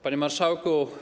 Panie Marszałku!